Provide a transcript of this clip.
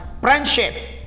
Friendship